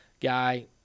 guy